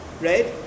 right